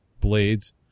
blades